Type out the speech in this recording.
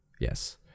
Yes